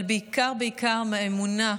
אבל בעיקר בעיקר מהאמונה,